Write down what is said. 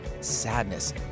Sadness